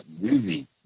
movie